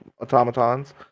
automatons